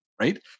Right